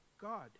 God